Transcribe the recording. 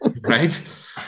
right